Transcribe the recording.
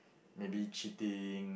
maybe cheating